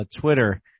Twitter